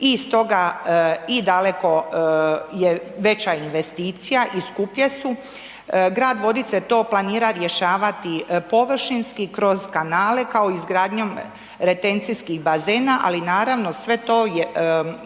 i stoga i daleko je veća investicija i skuplje su. Grad Vodice to planira rješavati površinski kroz kanale, kao i izgradnjom retencijskih bazena, ali naravno, sve to je,